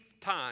time